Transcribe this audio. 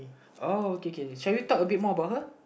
oh K K shall we talk a bit more about her